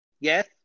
Yes